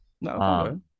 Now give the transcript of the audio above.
No